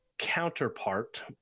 counterpart